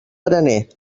graner